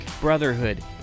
brotherhood